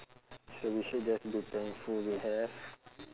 so we should just be thankful we have